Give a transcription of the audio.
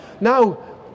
Now